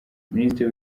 minisitiri